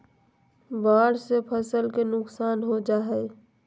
बाढ़ से फसल के नुकसान हो जा हइ